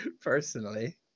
personally